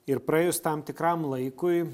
ir praėjus tam tikram laikui